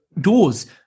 doors